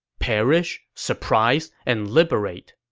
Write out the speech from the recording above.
perish, surprise, and liberate.